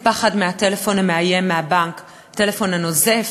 הפחד מהטלפון המאיים מהבנק, הטלפון הנוזף,